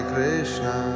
Krishna